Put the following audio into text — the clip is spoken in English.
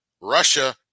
Russia